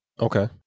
Okay